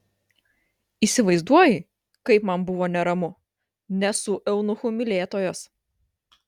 įsivaizduoji kaip man buvo neramu nesu eunuchų mylėtojas